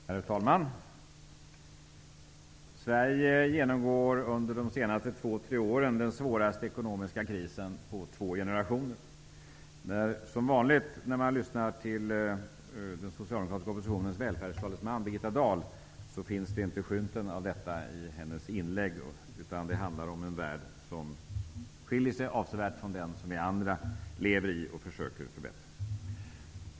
Herr talman! Sverige har under de senaste två tre åren genomgått den svåraste ekonomiska krisen sedan två generationer. Som vanligt när man lyssnar till den socialdemokratiska oppositionens välfärdstalesman Birgitta Dahl finns inte skymten av detta i hennes inlägg. Hon talar om en värld som skiljer sig avsevärt från den som vi andra lever i och försöker förbättra.